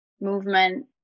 movement